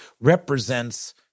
represents